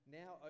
now